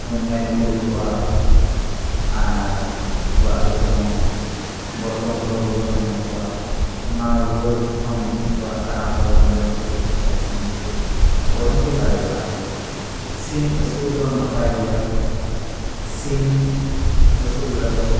ᱧᱮᱞ ᱠᱚ ᱦᱩᱭᱩᱜᱼᱟ ᱟᱨ ᱩᱱᱠᱩᱣᱟᱜ ᱫᱚ ᱡᱮᱢᱚᱱ ᱵᱚᱥᱚᱱᱛᱚ ᱨᱩᱣᱟᱹ ᱧᱟᱢ ᱠᱚᱣᱟ ᱚᱱᱟ ᱨᱩᱣᱟᱹ ᱠᱚ ᱠᱷᱚᱱ ᱩᱱᱠᱩᱣᱟᱜ ᱨᱟᱱ ᱵᱟᱵᱚᱱ ᱡᱚᱢ ᱦᱚᱪᱚ ᱞᱮᱠᱚ ᱠᱷᱟᱱ ᱥᱤᱢ ᱠᱚ ᱜᱚᱡ ᱦᱚᱸᱠᱚ ᱫᱟᱲᱮᱭᱟᱜᱼᱟ ᱥᱤᱢ ᱟᱹᱥᱩᱞ ᱫᱚ ᱱᱟᱯᱟᱭ ᱜᱮᱭᱟ ᱥᱤᱢ ᱟᱹᱥᱩᱞ ᱨᱮᱫᱚ